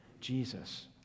Jesus